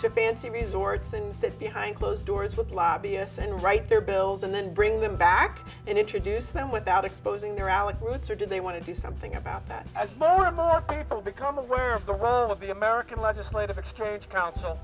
to fancy resorts and sit behind closed doors with lobbyists and write their bills and then bring them back and introduce them without exposing their alec roots or do they want to do something about that as most of all become aware of the role of the american legislative exchange coun